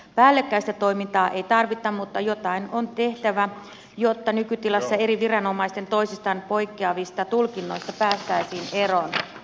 päällekkäistä toimintaa ei tarvita mutta jotain on tehtävä jotta nykytilassa eri viranomaisten toisistaan poikkeavista tulkinnoista päästäisiin eroon